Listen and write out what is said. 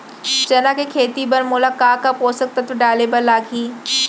चना के खेती बर मोला का का पोसक तत्व डाले बर लागही?